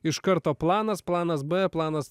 iš karto planas planas b planas